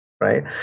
right